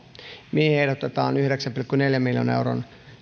siihen ehdotetaan yhdeksän pilkku neljän miljoonan euron